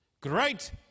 great